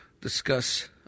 discuss